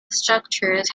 structures